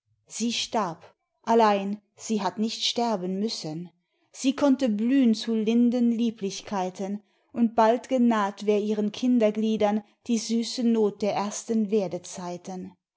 sie starb allein sie hat nicht sterben müssen sie konnte blühn zu linden lieblichkeiten und bald genaht wär ihren kindergliedern die süße not der ersten